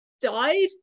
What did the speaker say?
died